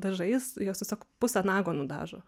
dažais jos tiesiog pusę nago nudažo